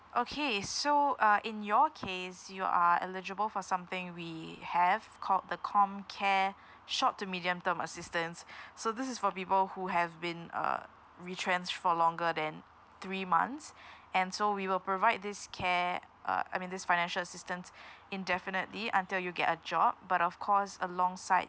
okay so uh in your case you are eligible for something we have called the comcare short to medium term assistance so this is for people who have been uh retrenched for longer than three months and so we will provide this care uh I mean this financial assistance indefinitely until you get a job but of course alongside